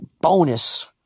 bonus